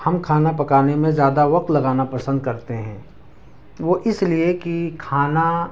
ہم کھانا پکانے میں زیادہ وقت لگانا پسند کرتے ہیں وہ اس لیے کہ کھانا